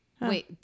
Wait